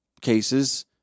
cases